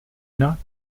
not